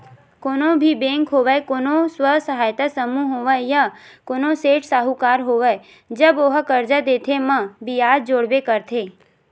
कोनो भी बेंक होवय कोनो स्व सहायता समूह होवय या कोनो सेठ साहूकार होवय जब ओहा करजा देथे म बियाज जोड़बे करथे